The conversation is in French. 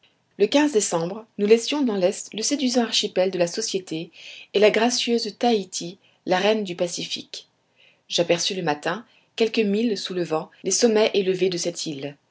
le décembre nous laissions dans l'est le séduisant archipel de la société et la gracieuse taiti la reine du pacifique j'aperçus le matin quelques milles sous le vent les sommets élevés de cette île